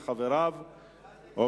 מוחמד ברכה,